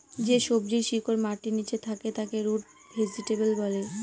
যে সবজির শিকড় মাটির নীচে থাকে তাকে রুট ভেজিটেবল বলে